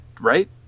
right